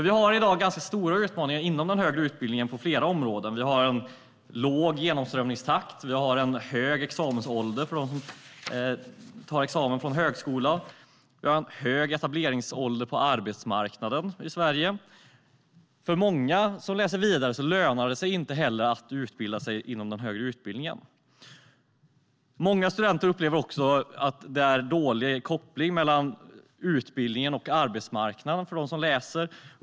Vi har i dag ganska stora utmaningar inom den högre utbildningen på flera områden. Vi har en låg genomströmningstakt. Vi har en hög examensålder för dem som tar examen från högskola. Vi har en hög etableringsålder på arbetsmarknaden i Sverige. För många som läser vidare lönar det sig inte heller att utbilda sig inom den högre utbildningen. Många studenter upplever också att det är dålig koppling mellan utbildningen och arbetsmarknaden.